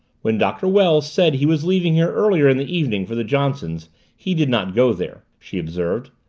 when doctor wells said he was leaving here earlier in the evening for the johnsons' he did not go there, she observed.